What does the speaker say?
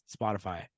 Spotify